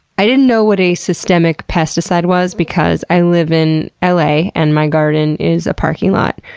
i didn't know what a systemic pesticide was because i live in l a. and my garden is a parking lot.